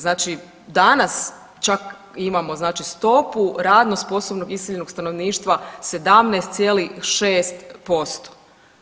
Znači danas čak imamo znači stopu radno sposobnog iseljenog stanovništva 17,6%